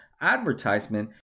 advertisement